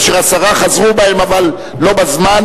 אשר עשרה חזרו בהם אבל לא בזמן,